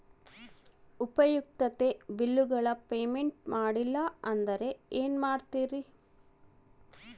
ಉಪಯುಕ್ತತೆ ಬಿಲ್ಲುಗಳ ಪೇಮೆಂಟ್ ಮಾಡಲಿಲ್ಲ ಅಂದರೆ ಏನು ಮಾಡುತ್ತೇರಿ?